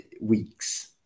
weeks